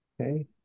okay